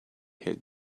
had